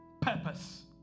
purpose